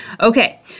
Okay